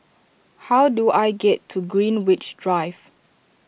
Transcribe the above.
how do I get to Greenwich Drive